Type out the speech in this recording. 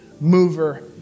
mover